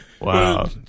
wow